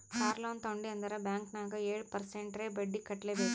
car loan ತೊಂಡಿ ಅಂದುರ್ bank ನಾಗ್ ಏಳ್ ಪರ್ಸೆಂಟ್ರೇ ಬಡ್ಡಿ ಕಟ್ಲೆಬೇಕ್